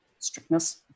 strictness